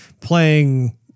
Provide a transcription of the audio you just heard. playing